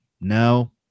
no